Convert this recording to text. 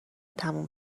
تموم